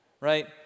right